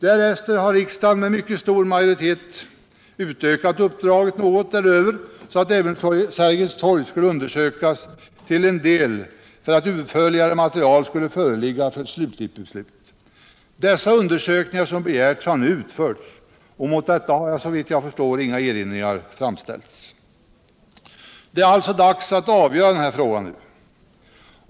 Därefter har riksdagen med mycket stor majoritet utökat uppdraget något därutöver, så att även Sergels torg skulle undersökas till en del för att ett utförligare material skulle föreligga för ett slutligt beslut. Dessa undersökningar som begärdes har nu utförts och mot detta har, såvitt jag förstår, inga större erinringar framställts. Det är alltså dags att avgöra den här frågan nu.